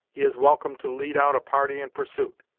he is welcome to lead out a party in pursuit.